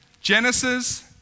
Genesis